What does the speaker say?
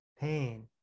pain